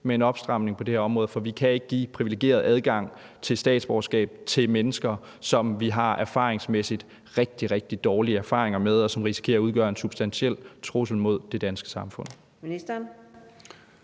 med en opstramning på det her område, for vi kan ikke give privilegeret adgang til statsborgerskab til mennesker, som vi erfaringsmæssigt har rigtig, rigtig dårlige erfaringer med, og som risikerer at udgøre en substantiel trussel mod det danske samfund.